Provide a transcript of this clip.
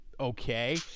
okay